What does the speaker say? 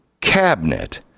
cabinet